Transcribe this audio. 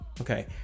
Okay